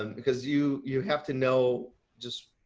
and because you you have to know just,